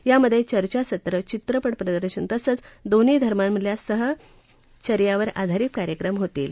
यामधे चर्चासत्र चित्रपट प्रदर्शन तसंच दोन्ही धर्मामधल्या सहचर्यावर आधारित कार्यक्रम होतील